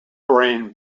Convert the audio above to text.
brain